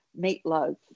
Meatloaf